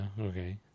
okay